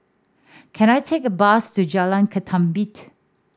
can I take a bus to Jalan Ketumbit